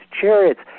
chariots